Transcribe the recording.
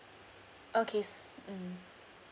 okay s~ mm